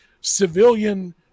civilian